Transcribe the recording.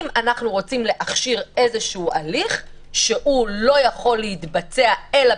אם אנו רוצים להכשיר הליך, שלא יכול להתבצע אלא